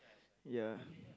ya